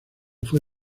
fue